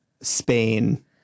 Spain